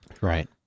Right